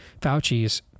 Fauci's